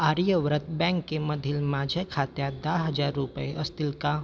आर्यव्रत बँकेमधील माझ्या खात्यात दहा हजार रुपये असतील का